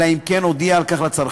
אלא אם כן הודיע על כך לצרכן.